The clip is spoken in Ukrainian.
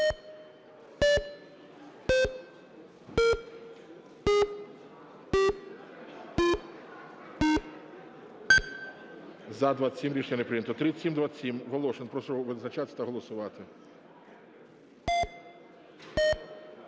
За-27 Рішення не прийнято. 3727, Волошин. Прошу визначатись та голосувати.